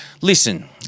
Listen